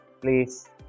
Please